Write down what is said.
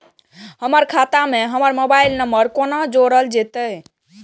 हमर खाता मे हमर मोबाइल नम्बर कोना जोरल जेतै?